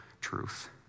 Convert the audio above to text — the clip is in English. truth